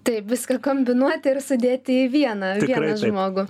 tai viską kombinuoti ir sudėti į vieną vieną žmogų